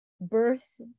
birth